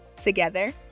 Together